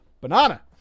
Banana